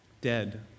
Dead